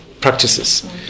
practices